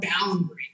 boundary